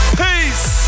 peace